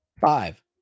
five